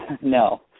No